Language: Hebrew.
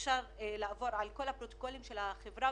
אפשר לעבור על כל הפרוטוקולים של החברה,